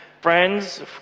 friends